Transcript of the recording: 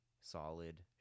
solid